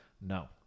No